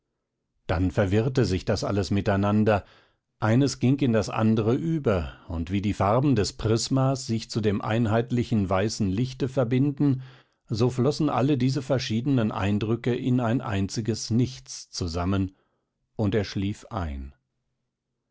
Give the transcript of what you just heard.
dann verwirrte sich das alles miteinander eines ging in das andre über und wie die farben des prismas sich zu dem einheitlichen weißen lichte verbinden so flossen alle diese verschiedenen eindrücke in ein einziges nichts zusammen und er schlief ein